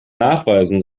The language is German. nachweisen